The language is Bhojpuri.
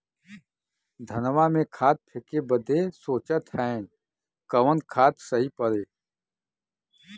धनवा में खाद फेंके बदे सोचत हैन कवन खाद सही पड़े?